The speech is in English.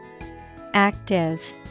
Active